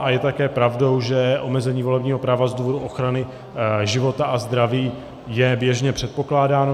A je také pravdou, že omezení volebního práva z důvodu ochrany života a zdraví je běžně předpokládáno.